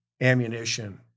ammunition